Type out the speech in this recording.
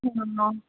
ହଁ